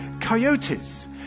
coyotes